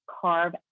carve